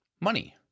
money